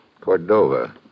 Cordova